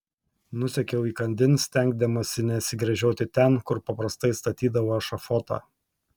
nusekiau įkandin stengdamasi nesigręžioti ten kur paprastai statydavo ešafotą